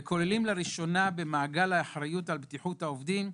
והן כוללות לראשונה במעגל האחריות על בטיחות העובדים,